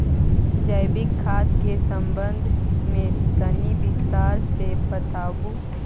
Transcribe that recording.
जैविक खाद के संबंध मे तनि विस्तार स बताबू?